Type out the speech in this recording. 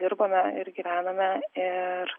dirbame ir gyvename ir